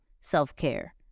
self-care